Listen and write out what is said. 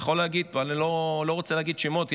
אני יכול להגיד, אני לא רוצה להגיד שמות.